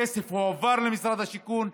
הכסף הועבר למשרד השיכון.